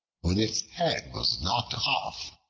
when its head was knocked off,